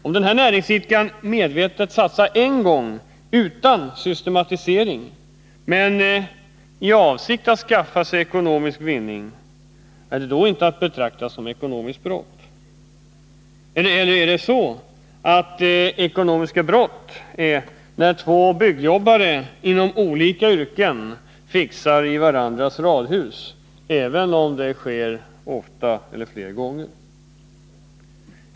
Om denna näringsidkare medvetet satsar en gång utan systematisering men i avsikt att skaffa sig ekonomisk vinning, är det då inte att betrakta som ekonomiskt brott? Eller är det ekonomiska brott när två byggjobbare inom olika yrken fixar i varandras radhus, och det kanske sker flera gånger?